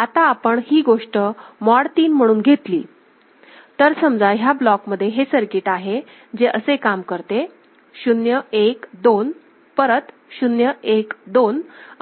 आता आपण ही गोष्ट मॉड 3 म्हणून घेतली तर समजा ह्या ब्लॉक मध्ये हे सर्किट आहे जे असे काम करते 0 1 2 परत 0 1 2